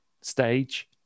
stage